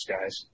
guys